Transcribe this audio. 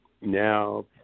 now